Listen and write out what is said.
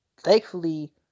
Thankfully